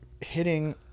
hitting